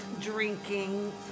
drinking